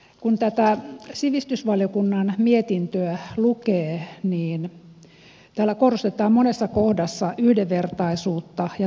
kun tätä sivistysvaliokunnan mietintöä lukee niin täällä korostetaan monessa kohdassa yhdenvertaisuutta ja tasa arvoa